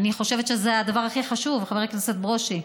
אני חושבת שזה הדבר הכי חשוב, חבר הכנסת ברושי.